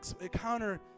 encounter